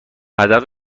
هدف